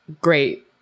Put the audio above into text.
great